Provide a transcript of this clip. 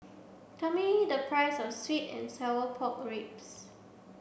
tell me the price of sweet and sour pork ribs